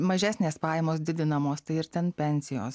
mažesnės pajamos didinamos tai ir ten pensijos